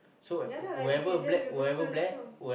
ya lah like scissors paper stone also